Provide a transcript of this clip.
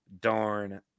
darn